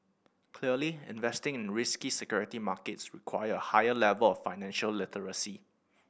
clearly investing in risky security markets require a higher level of financial literacy